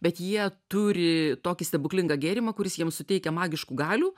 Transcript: bet jie turi tokį stebuklingą gėrimą kuris jiems suteikia magiškų galių